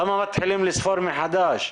למה מתחילים לספור מחדש?